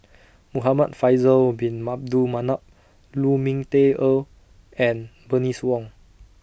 Muhamad Faisal Bin Manap Lu Ming Teh Earl and Bernice Wong